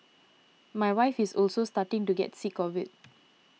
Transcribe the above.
my wife is also starting to get sick of it